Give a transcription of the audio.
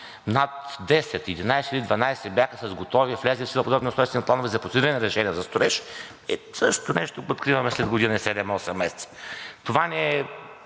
Над 10, 11 или 12 бяха с готови, влезли в сила подробни устройствени планове за процедирани разрешения за строеж и същото нещо го откриваме след година и седем-осем месеца. Това ни е